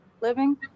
living